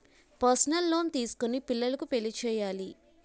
personal loan తీసుకొని పిల్లకు పెళ్లి చేయాలి